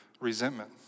resentment